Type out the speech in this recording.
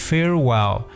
Farewell